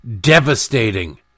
devastating